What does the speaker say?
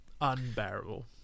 Unbearable